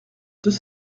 deux